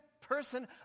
person